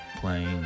playing